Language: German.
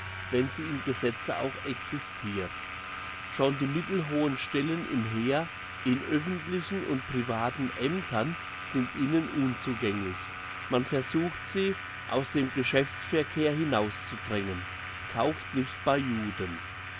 wenn sie im gesetze auch existirt schon die mittelhohen stellen im heer in öffentlichen und privaten aemtern sind ihnen unzugänglich man versucht sie aus dem geschäftsverkehr hinauszudrängen kauft nicht bei juden